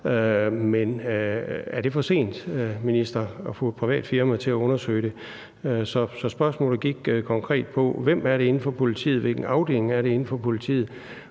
Men er det for sent, minister, at få et privat firma til at undersøge det? Spørgsmålene gik konkret på: Hvem er det inden for politiet, hvilken afdeling er det inden for politiet?